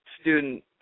student